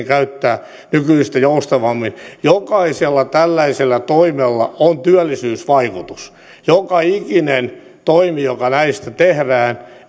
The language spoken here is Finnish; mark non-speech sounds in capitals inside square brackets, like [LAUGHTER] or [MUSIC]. [UNINTELLIGIBLE] käyttää nykyistä joustavammin jokaisella tällaisella toimella on työllisyysvaikutus joka ikinen toimi joka näistä tehdään